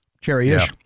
cherry-ish